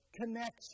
connection